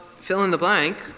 fill-in-the-blank